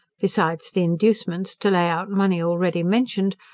besides the inducements to lay out money already mentioned,